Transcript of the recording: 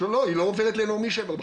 לא, היא לא עוברת לנעמי שמר בכלל.